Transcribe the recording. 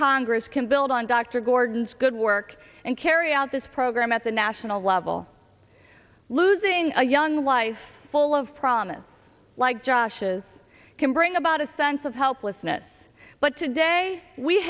congress can build on dr gordon's good work and carry out this program at the national level losing a young life full of promise like josh is can bring about a sense of how plusnet but today we